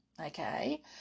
Okay